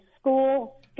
school